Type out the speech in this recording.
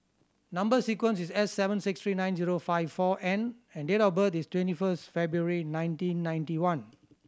number sequence is S seven six three nine zero five four N and date of birth is twenty first February nineteen ninety one